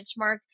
benchmark